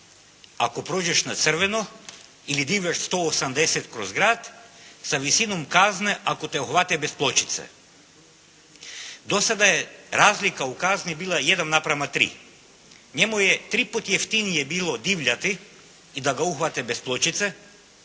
ako prođeš na crveno ili divljaš 180 kroz grad sa visinom kazne ako te uhvate bez pločice. Do sada je razlika u kazni bila 1:3. Njemu je tri puta jeftinije bilo divljati i da ga uhvate bez pločice